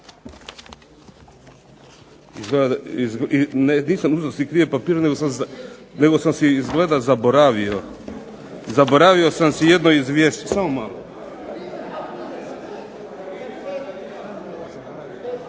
Nisam uzeo si krivi papir, nego sam si izgleda zaboravio, zaboravio sam si jedno izvješće. Samo malo.